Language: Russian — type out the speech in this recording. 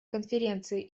конференции